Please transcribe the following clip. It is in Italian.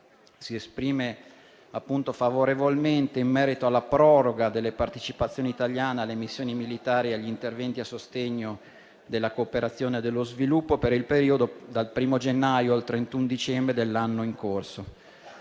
si esprime favorevolmente in merito alla proroga delle partecipazioni italiane alle missioni militari e agli interventi a sostegno della cooperazione e dello sviluppo per il periodo dal 1° gennaio al 31 dicembre dell'anno in corso.